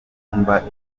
mba